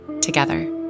together